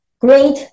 great